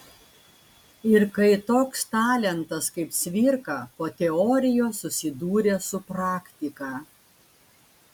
ir kai toks talentas kaip cvirka po teorijos susidūrė su praktika